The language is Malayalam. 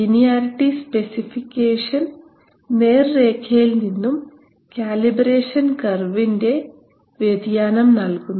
ലീനിയാരിറ്റി സ്പെസിഫിക്കേഷൻ നേർരേഖയിൽ നിന്നും കാലിബ്രേഷൻ കർവിന്റെ വ്യതിയാനം നൽകുന്നു